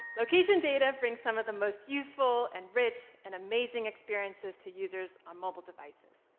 location data brings some of the most useful and rich and amazing experiences to users on mobile devices.